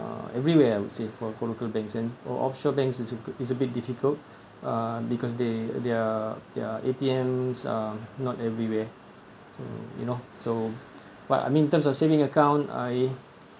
uh everywhere I would say for for local banks and for offshore banks it's a good it's a bit difficult uh because they their their A_T_Ms are not everywhere so you know so but I mean in terms of saving account I